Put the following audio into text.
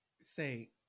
say